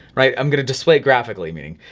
right, i'm gonna display graphically meaning.